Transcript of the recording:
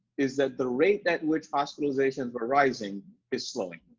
is that the rate that which hospitalizations were rising is slowly.